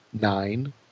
nine